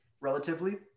relatively